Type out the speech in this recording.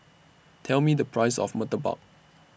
Tell Me The Price of Murtabak